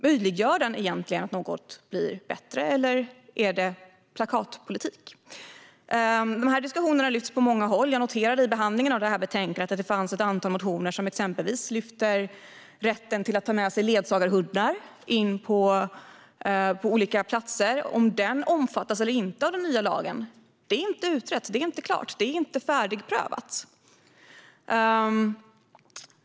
Möjliggör den att något blir bättre, eller är det plakatpolitik? Dessa diskussioner lyfts upp på många håll. Jag noterade under behandlingen av betänkandet att det fanns ett antal motioner om till exempel rätten att ta med sig ledarhundar in på olika platser. Omfattas den eller inte av den nya lagen? Det är inte utrett och färdigprövat.